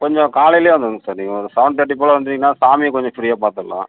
கொஞ்சம் காலையில் வந்துருங்க சார் நீங்கள் ஒரு சவன் தேர்ட்டி போல வந்திங்கனா சாமியை கொஞ்சம் ஃப்ரீயாக பார்த்துட்லான்